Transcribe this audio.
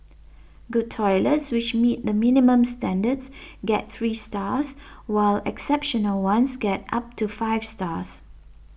good toilets which meet the minimum standards get three stars while exceptional ones get up to five stars